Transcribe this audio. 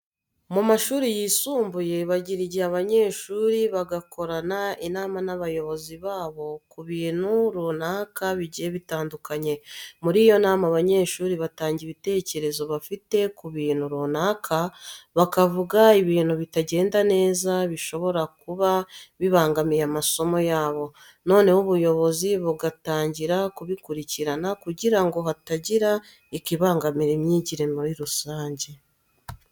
Mu mashuri yisumbuye bagira igihe abanyeshuri bagakorana inama n'abayobozi babo ku bintu runaka bigiye bitandukanye. Muri iyo nama abanyeshuri batanga ibitekerezo bafite ku bintu runaka, bakavuga ibintu bitagenda neza bishobora kuba bibangamiye amasomo yabo, noneho ubuyobozi bugatangira bukabikurikirana kugira ngo hatagira ikibangamira imyigire yabo muri rusange.